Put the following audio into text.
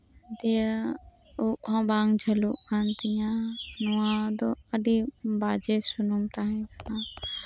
ᱫᱤᱭᱮ ᱩᱵ ᱦᱚᱸ ᱵᱟᱝ ᱡᱷᱟᱹᱞᱟᱜ ᱠᱟᱱ ᱛᱤᱧᱟ ᱱᱚᱣᱟ ᱫᱚ ᱟᱹᱰᱤ ᱵᱟᱡᱮ ᱥᱩᱱᱩᱢ ᱛᱟᱸᱦᱮ ᱠᱟᱱᱟ